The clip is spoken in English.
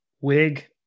wig